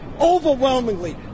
overwhelmingly